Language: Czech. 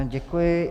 Děkuji.